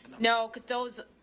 no cause those,